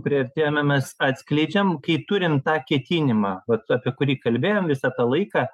priartėjome mes atskleidžiam kai turim tą ketinimą vat apie kurį kalbėjom visą tą laiką